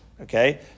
Okay